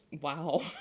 wow